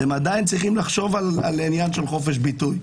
אתם עדיין צריכים לחשוב על העניין של חופש ביטוי.